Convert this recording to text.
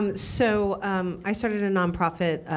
um so i started a nonprofit,